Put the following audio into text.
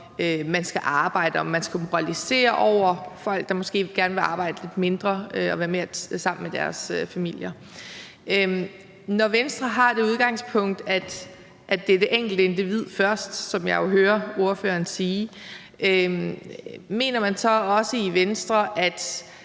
man skal moralisere over for folk, der måske gerne vil arbejde lidt mindre og være mere sammen med deres familier. Når Venstre har det udgangspunkt, at det er det enkelte individ først, som jeg jo hører